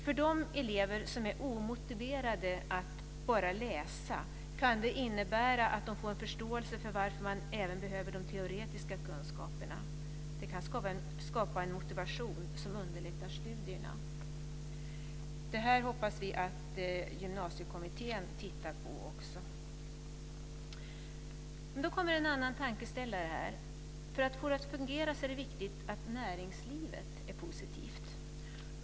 För de elever som är omotiverade att bara "läsa" kan det innebära att de får en förståelse för varför man även behöver de teoretiska kunskaperna. Det kan skapa en motivation som underlättar studierna. Det här hoppas vi att Gymnasiekommittén också tittar på. Men då kommer en annan tankeställare. För att få detta att fungera är det viktigt att näringslivet är positivt.